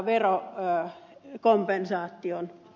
arvoisa puhemies